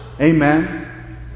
amen